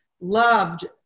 loved